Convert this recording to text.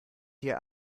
hier